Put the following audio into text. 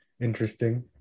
interesting